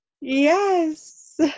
Yes